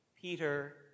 Peter